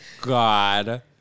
god